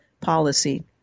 policy